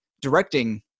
directing